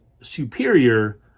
superior